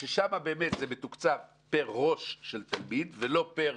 שם באמת זה מתוקצב פר ראש של תלמיד ולא פר